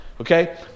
okay